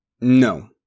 No